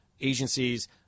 agencies